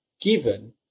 given